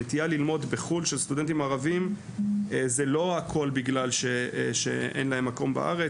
סטודנטים ערבים ללמוד בחו"ל זה לא רק בגלל שאין להם מקום בארץ,